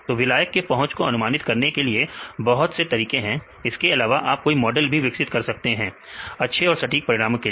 तो विलायक के पहुंच को अनुमानित करने के लिए बहुत से तरीके हैं इसके अलावा आप कोई मॉडल भी विकसित कर सकते हैं अच्छे और सटीक परिणामों के लिए